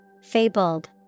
Fabled